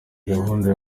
gahunda